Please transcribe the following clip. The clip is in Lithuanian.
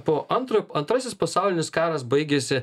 po antrojo antrasis pasaulinis karas baigėsi